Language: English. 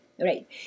right